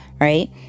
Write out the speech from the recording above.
right